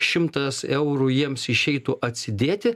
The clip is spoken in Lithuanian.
šimtas eurų jiems išeitų atsidėti